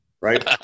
Right